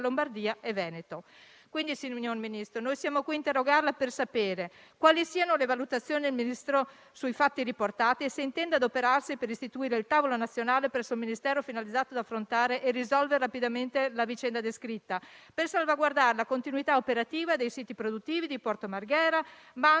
Lombardia e Veneto. Signor Ministro, siamo qui a interrogarla per sapere quali siano le valutazioni del Ministro sui fatti riportati e se intenda adoperarsi per istituire il tavolo nazionale presso il Ministero finalizzato ad affrontare e risolvere rapidamente la vicenda descritta, per salvaguardare la continuità operativa dei siti produttivi di Porto Marghera, Mantova,